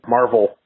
Marvel